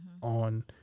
on